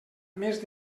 més